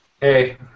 Hey